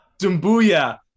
Dumbuya